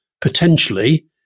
potentially